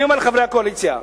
אני אומר לחברי הקואליציה: